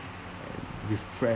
and refreshed